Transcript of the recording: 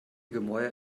gemäuer